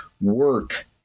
work